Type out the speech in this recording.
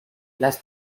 las